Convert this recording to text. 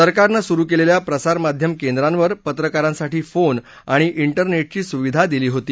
सरकारनं सुरु केलेल्या प्रसारमाध्यम केंद्रावर पत्रकारांसाठी फोन आणि डेरनेटची सुविधा दिली होती